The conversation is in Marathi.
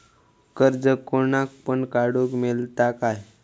कर्ज कोणाक पण काडूक मेलता काय?